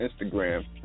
Instagram